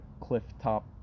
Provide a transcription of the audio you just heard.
cliff-top